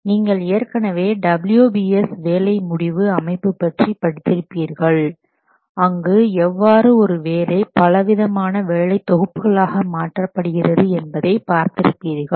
நீங்கள் ஏற்கனவே WBS வேலை முடிவு அமைப்பு பற்றி படித்திருப்பீர்கள் அங்கு எவ்வாறு ஒரு வேலை பல விதமான வேலை தொகுப்புகளாக மாற்றப்படுகிறது என்பதை பார்த்திருப்பீர்கள்